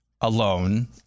alone